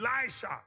Elisha